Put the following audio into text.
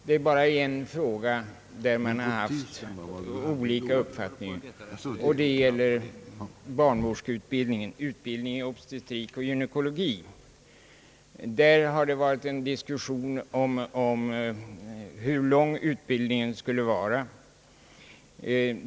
Det är bara i en fråga som det har varit olika uppfattningar, nämligen när det gäller barnmorskeutbildningen, utbildningen i obstetrik och gynekologi. I den frågan har det varit en diskussion om hur lång utbildningen skall vara.